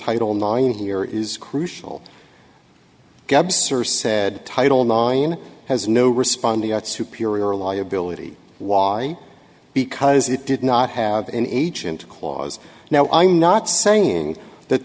title nine here is crucial gaps are said title nine has no respondeat superior liability why because it did not have an agent clause now i'm not saying that